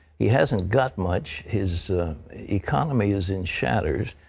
he hasn't got much. his economy is in shatters.